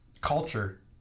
culture